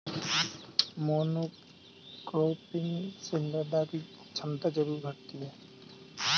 monocropping से मृदा की क्षमता जरूर घटती है